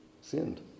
sinned